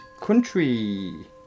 country